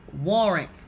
warrant